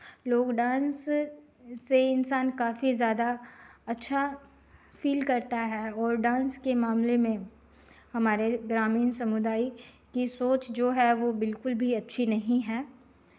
लोग डांस से इंसान काफ़ी ज़्यादा अच्छा फ़ील करता है और डांस के मामले में हमारे ग्रामीण समुदाय की सोच जो है वो बिल्कुल भी अच्छी नहीं है